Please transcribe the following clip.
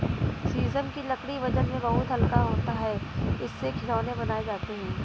शीशम की लकड़ी वजन में बहुत हल्का होता है इससे खिलौने बनाये जाते है